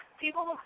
people